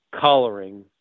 coloring